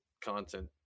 content